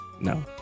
No